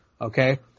Okay